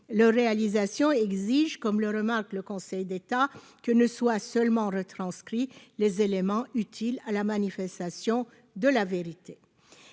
le réalisation exige, comme le remarque le Conseil d'État que ne soit seulement retranscrit les éléments utiles à la manifestation de la vérité,